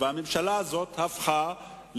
זו המטרה המשותפת לפלסטינים,